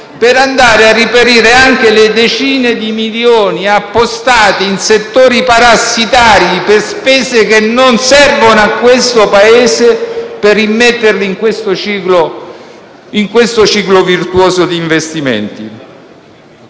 per andare a reperire anche le decine di milioni appostati in settori parassitari per spese che non servono a questo Paese per immetterli nel ciclo virtuoso di investimenti.